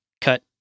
cut